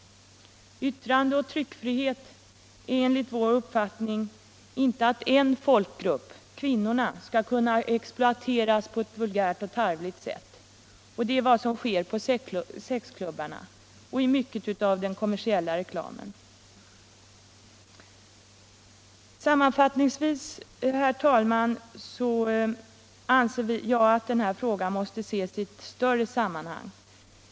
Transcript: Yttrandeoch tryckfriheten innebär enligt vår uppfattning inte ati en folkgrupp. kvinnorna, skall känna exploateras på ett vulgärt och tarvligt sätt. Det är vad som sker på sexklubbarna och i mycket av den kommersiella reklamen. Sammanfattningsvis anser jag, herr talman. att denna fråga måste ses i ell större sammanhang.